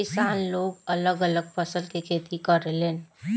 किसान लोग अलग अलग फसल के खेती करेलन